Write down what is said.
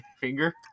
finger